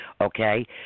Okay